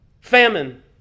Famine